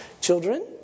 Children